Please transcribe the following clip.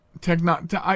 technology